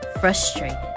frustrated